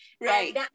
Right